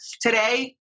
Today